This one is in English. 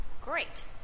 Great